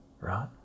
right